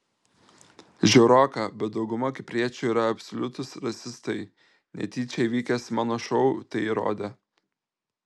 žiauroka bet dauguma kipriečių yra absoliutūs rasistai netyčia įvykęs mano šou tai įrodė